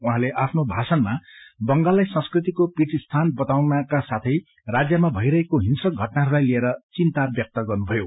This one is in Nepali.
उहाँले आफ्नो भाषणमा बंगाललाई संस्कृतिको पीठस्थान बताउनुका साथौ राज्यमा भइरहेको हिंसक घटनाहरूलाइ लिएर चिन्ता व्यक्त गर्नुभयो